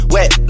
Wet